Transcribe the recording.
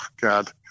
God